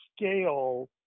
scale